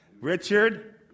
Richard